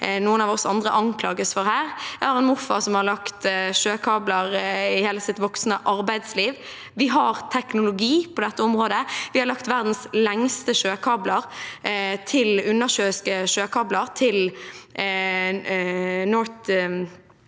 noen av oss andre anklages for her. Jeg har en morfar som har lagt sjøkabler i hele sitt voksne arbeidsliv. Vi har teknologi på dette området. Vi har lagt verdens lengste undersjøiske kabel, North